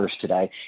today